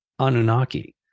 Anunnaki